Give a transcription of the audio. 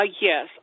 Yes